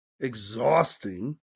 Exhausting